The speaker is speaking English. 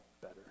better